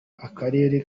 akarere